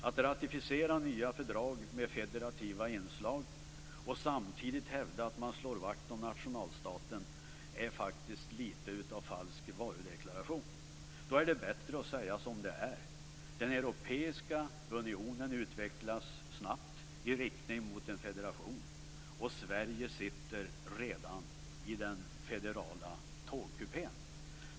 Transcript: Att ratificera nya fördrag med federativa inslag och samtidigt hävda att man slår vakt om nationalstaten är litet av falsk varudeklaration. Då är det bättre att säga som det är: Den europeiska unionen utvecklas snabbt i riktning mot en federation, och Sverige sitter redan i den federala tågkupéen.